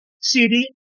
CD